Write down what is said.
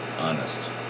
honest